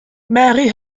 mary